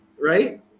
right